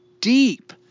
deep